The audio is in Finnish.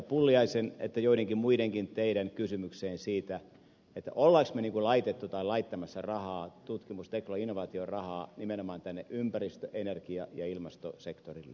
pulliaisen että joidenkin muidenkin teidän kysymykseen siitä olemmeko me laittamassa rahaa tutkimus teknologia innovaatiorahaa nimenomaan tänne ympäristö energia ja ilmastosektorille